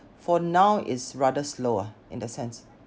for now it's rather slow ah in the sense